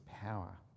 power